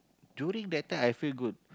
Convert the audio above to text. during that time I feel good